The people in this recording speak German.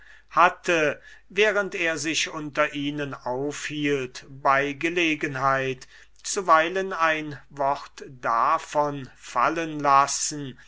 hatte während er sich unter ihnen aufhielt bei gelegenheit zuweilen ein wort davon fallen lassen